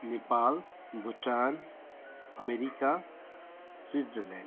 Nepal Bhutan America Switzerland